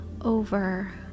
over